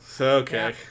Okay